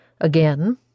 Again